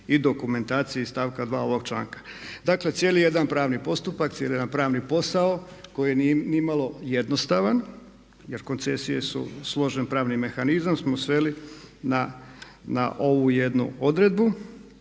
i dokumentaciji iz stavka 2. ovog članka. Dakle cijeli jedan pravni postupak, cijeli jedna pravni posao koji nije nimalo jednostavan jer koncesije su složen pravni mehanizam smo sveli na ovu jednu odredbu.